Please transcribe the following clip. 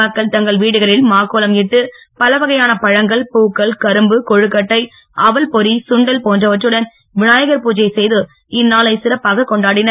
மக்கள் தங்கள் வீடுகளில் மாக்கோலம் இட்டு பலவகையான பழங்கள் பூக்கள் கரும்பு கொழக்கட்டை அவல்பொரி சுண்டல் போன்றவற்றுடன் விநாயகர் புஜை செய்து இந்நாளை சிறப்பாகக் கொண்டாடினர்